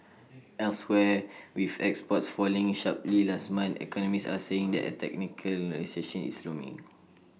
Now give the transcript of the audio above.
elsewhere with exports falling sharply last month economists are saying that A technical recession is looming